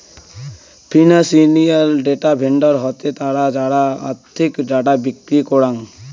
financial data vendor হসে তারা যারা আর্থিক ডেটা বিক্রি করাং